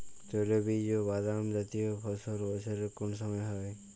তৈলবীজ ও বাদামজাতীয় ফসল বছরের কোন সময় হয়?